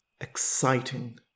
exciting